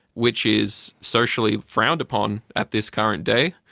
which is socially frowned upon at this current day,